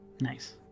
Nice